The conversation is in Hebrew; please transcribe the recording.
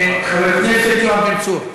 חבר הכנסת יואב בן צור.